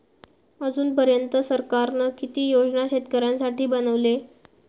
अजून पर्यंत सरकारान किती योजना शेतकऱ्यांसाठी बनवले?